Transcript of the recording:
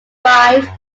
five